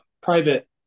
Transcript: private